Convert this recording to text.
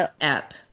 app